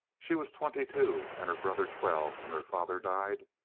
she was twenty-two and her brother twelve when their father died.